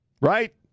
right